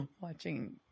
watching